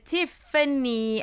Tiffany